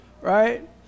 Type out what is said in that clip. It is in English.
Right